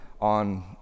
on